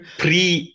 pre